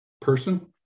person